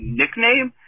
nickname